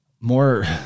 more